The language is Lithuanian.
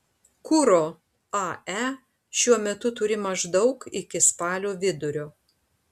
kuro ae šiuo metu turi maždaug iki spalio vidurio